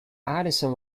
allison